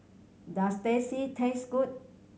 does Teh C taste good